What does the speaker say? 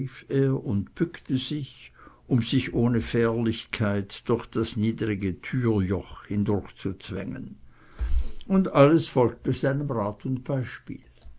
und bückte sich um sich ohne fährlichkeit durch das niedrige türjoch hindurchzuzwängen und alles folgte seinem rat und beispiel